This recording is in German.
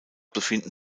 befinden